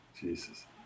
Jesus